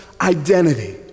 identity